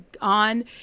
on